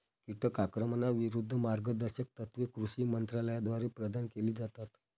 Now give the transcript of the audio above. कीटक आक्रमणाविरूद्ध मार्गदर्शक तत्त्वे कृषी मंत्रालयाद्वारे प्रदान केली जातात